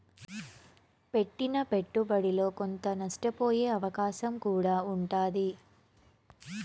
పెట్టిన పెట్టుబడిలో కొంత నష్టపోయే అవకాశం కూడా ఉంటాది